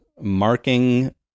marking